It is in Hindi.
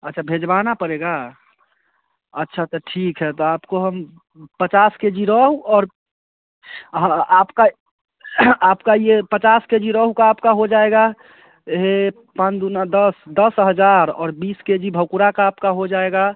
अच्छा भिजबाना पड़ेगा अच्छा तो ठीक है तो आपको हम पचास के जी रोहू और हाँ आपका आपका यह पचास के जी रोहू का आपका हो जाएगा यह पाँच दुना दस दस हज़ार और बीस के जी भाकुड़ का आपका हो जाएगा